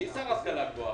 החשב הכללי.